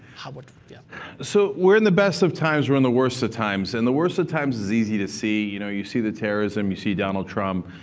but yeah so we're in the best of times, we're in the worst of times. and the worst of times is easy to see. you know you see the terrorism, you see donald trump.